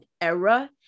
era